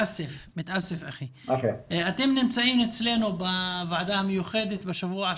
בשבוע הבא אתם נמצאים אצלנו בוועדה המיוחדת.